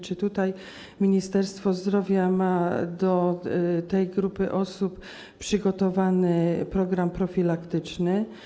Czy Ministerstwo Zdrowia ma dla tej grupy osób przygotowany program profilaktyczny?